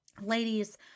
Ladies